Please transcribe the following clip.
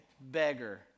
beggar